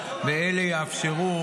ואלה יאפשרו